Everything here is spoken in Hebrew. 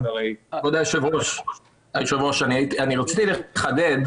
כבוד היושב-ראש, רציתי לחדד